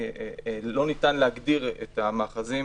לא ניתן להגדיר את המאחזים